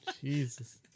Jesus